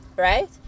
right